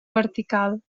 vertical